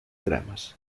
dramas